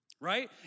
right